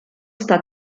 sta